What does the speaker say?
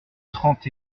trente